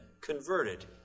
converted